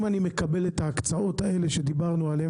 אם אני מקבל את ההקצאות שדיברנו עליהן,